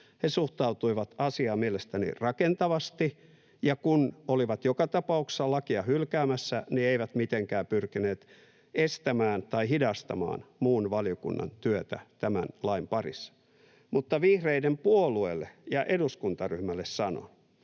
He suhtautuivat asiaan mielestäni rakentavasti, ja kun olivat joka tapauksessa lakeja hylkäämässä, niin eivät mitenkään pyrkineet estämään tai hidastamaan muun valiokunnan työtä tämän lain parissa. Mutta vihreiden puolueelle ja eduskuntaryhmälle sanon,